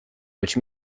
which